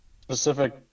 specific